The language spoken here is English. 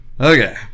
Okay